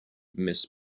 miss